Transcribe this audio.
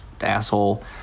asshole